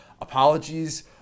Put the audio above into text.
apologies